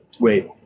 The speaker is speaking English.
wait